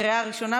לקריאה ראשונה,